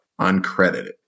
uncredited